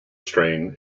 strain